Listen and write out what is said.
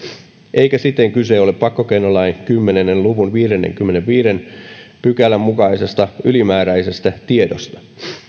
eikä kyse siten ole pakkokeinolain kymmenen luvun viidennenkymmenennenviidennen pykälän mukaisesta ylimääräisestä tiedosta